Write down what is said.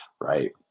right